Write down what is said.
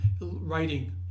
writing